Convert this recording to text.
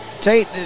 Tate